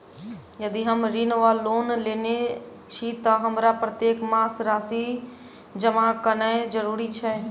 यदि हम ऋण वा लोन लेने छी तऽ हमरा प्रत्येक मास राशि जमा केनैय जरूरी छै?